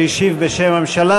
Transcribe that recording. שהשיב בשם הממשלה.